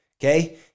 okay